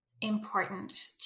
important